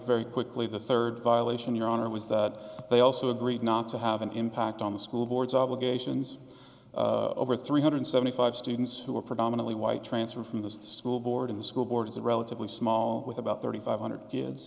very quickly the third violation your honor was that they also agreed not to have an impact on the school board's obligations over three hundred seventy five students who were predominantly white transferred from the school board in the school board is a relatively small with about thirty five hundred kids